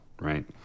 right